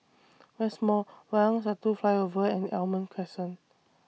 West Mall Wayang Satu Flyover and Almond Crescent